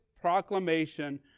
proclamation